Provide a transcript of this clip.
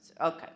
Okay